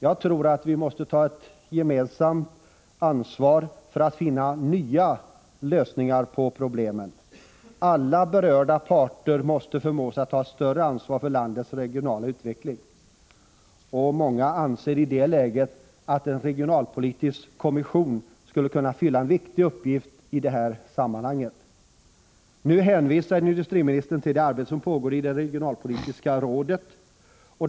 Jag tror att vi måste ta ett gemensamt ansvar för att finna nya lösningar på problemen. Alla berörda parter måste förmås att ta ett större ansvar för landets regionala-utveckling. Många anser i det läget att en regionalpolitisk kommission skulle kunna fylla en viktig uppgift i detta sammanhang. Nu hänvisar industriministern till det arbete som pågår inom det regionalpolitiska rådet.